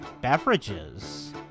beverages